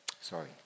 sorry